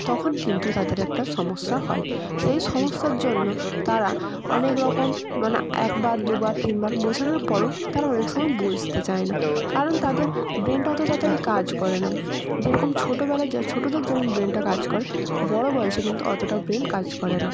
তখন কিন্তু তাদের একটা সমস্যা হয় সেই সমস্যার জন্য তারা অনেক রকম মানে একবার দুবার তিনবার বোঝানোর পরেও তারা অনেক সময় বুঝতে চায় না কারণ তাদের ব্রেনটা অত তাড়াতাড়ি কাজ করে না যেরকম ছোটোবেলার যা ছোটোদের যেমন ব্রেনটা কাজ করে বড়ো বয়সে কিন্তু অতটা ব্রেন কাজ করে না